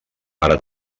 ara